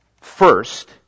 first